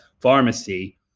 pharmacy